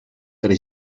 per